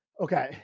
Okay